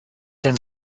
denn